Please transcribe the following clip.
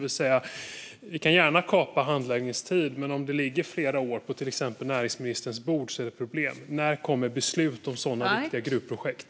Vi kan gärna kapa handläggningstiden, men om det ligger i flera år på till exempel näringsministerns bord är det ett problem. När kommer beslut om sådana viktiga gruvprojekt?